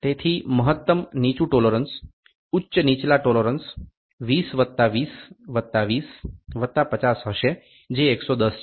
તેથી મહત્તમ નીચું ટોલોરન્સ ઉચ્ચ નીચલા ટોલોરન્સ 20 વત્તા 20 વત્તા 20 વત્તા 50 હશે જે 110 છે